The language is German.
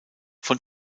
von